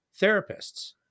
therapists